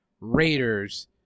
Raiders